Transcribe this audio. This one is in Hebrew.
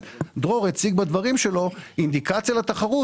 אבל נזכיר שהוא הציג בדברים שלו אינדיקציה לתחרות,